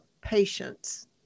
patience